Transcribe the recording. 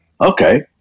Okay